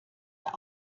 der